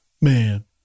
Man